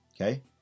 okay